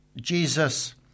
Jesus